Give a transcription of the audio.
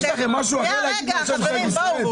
יש לכם משהו אחר להגיד חוץ מממשלת ישראל?